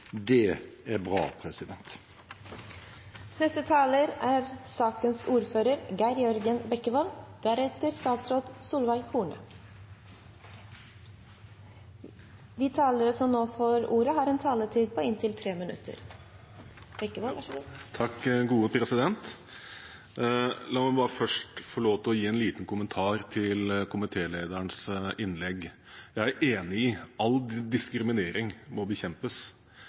Det er bra. De talere som heretter får ordet, har en taletid på inntil 3 minutter. La meg bare først få lov til å gi en liten kommentar til komitélederens innlegg. Jeg er enig i at all diskriminering må bekjempes,